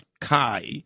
Kai